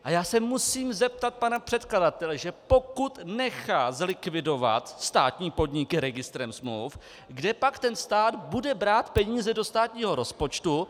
A já se musím zeptat pana předkladatele, že pokud nechá zlikvidovat státní podniky registrem smluv, kde pak stát bude brát peníze do státního rozpočtu...